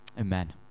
Amen